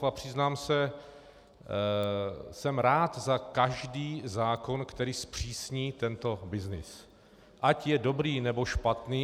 A přiznám se, jsem rád za každý zákon, který zpřísní tento byznys, ať je dobrý, nebo špatný.